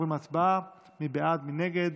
אינו נוכח,